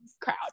crowd